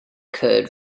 could